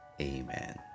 Amen